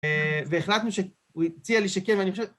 והחלטנו שהוא יציע לי שכן ואני חושב